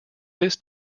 this